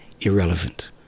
irrelevant